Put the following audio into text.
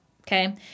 okay